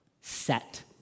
set